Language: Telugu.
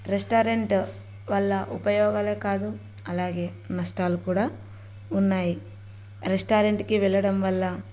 రెస్టారెంట్ వల్ల ఉపయోగాలు కాదు అలాగే నష్టాలు కూడా ఉన్నాయి రెస్టారెంట్కి వెళ్ళడం వల్ల